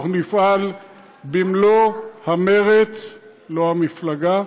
אנחנו נפעל במלוא המרץ, לא המפלגה,